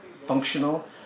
functional